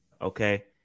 Okay